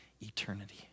eternity